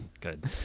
Good